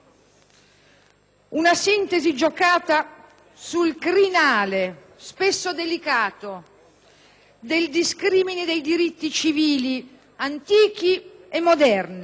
Una sintesi giocata sul crinale, spesso delicato, dei discrimini dei diritti civili, antichi e moderni,